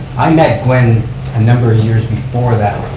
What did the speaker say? i met gwen a number of years before that.